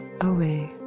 away